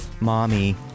Mommy